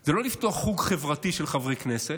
זה לא לפתוח חוג חברתי של חברי כנסת,